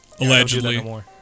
allegedly